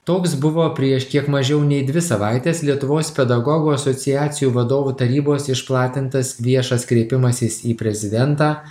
toks buvo prieš kiek mažiau nei dvi savaites lietuvos pedagogų asociacijų vadovų tarybos išplatintas viešas kreipimasis į prezidentą